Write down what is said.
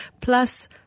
Plus